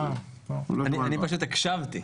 אני פשוט הקשבתי.